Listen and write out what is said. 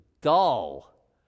dull